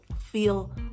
feel